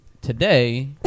Today